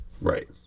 Right